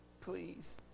please